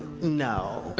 no,